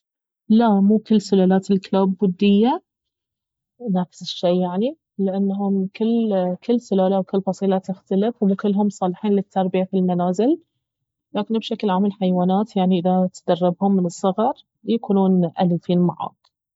لا مو كل سلالات الكلاب ودية نفس الشي يعني لان كل سلالة وكل فصيلة تختلف مو كلهم صالحين للتربية في المنازل لكن بشكل عام يعني الحيوانات اذا تدربهم من الصغر يكونون اليفين معاك